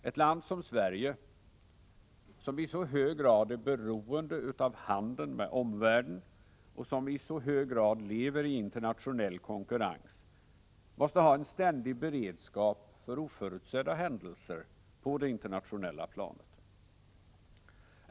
Ett land som Sverige, som i så hög grad är beroende av handeln med omvärlden och som i så hög grad lever i internationell konkurrens, måste ha en ständig beredskap för oförutsedda händelser på det internationella planet.